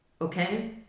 Okay